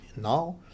now